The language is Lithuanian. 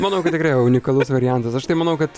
manau kad tikrai unikalus variantas aš tai manau kad